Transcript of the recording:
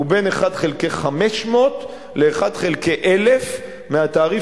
הוא בין 1 חלקי 500 ל-1 חלקי 1,000 מהתעריף